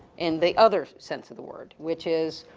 in the other sense of the word, which is,